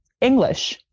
English